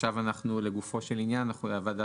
עכשיו לגופו של עניין הוועדה